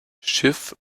schiff